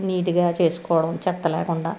నీట్గా చేసుకోవడం చెత్త లేకుండా